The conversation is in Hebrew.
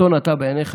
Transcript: קטון אתה בעיניך,